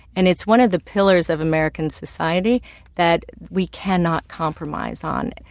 and it's one of the pillars of american society that we cannot compromise on.